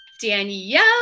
Danielle